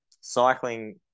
Cycling